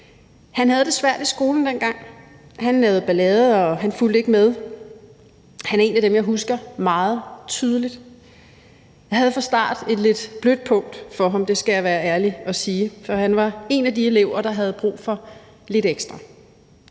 Han havde det svært i skolen dengang. Han lavede ballade, han fulgte ikke med. Han er en af dem, jeg husker meget tydeligt. Jeg havde fra starten et lidt blødt punkt for ham, det skal jeg være ærlig at sige, for han var en af de elever, der havde brug for lidt ekstra.